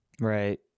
Right